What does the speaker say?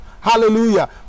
Hallelujah